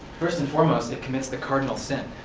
first and foremost, it commits the cardinal sin,